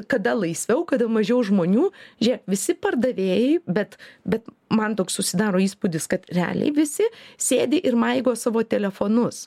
kada laisviau kada mažiau žmonių žėk visi pardavėjai bet bet man toks susidaro įspūdis kad realiai visi sėdi ir maigo savo telefonus